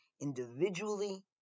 individually